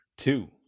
Two